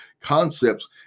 concepts